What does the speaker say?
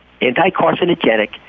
anti-carcinogenic